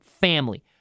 family